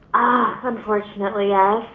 unfortunately yes.